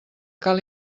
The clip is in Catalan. cal